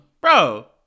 bro